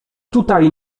tutaj